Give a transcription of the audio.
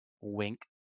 Wink